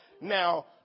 Now